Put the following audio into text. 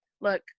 look